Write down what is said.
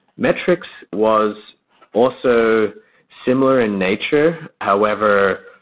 metrics was also similar in nature. however,